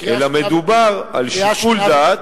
אלא מדובר על שיקול דעת,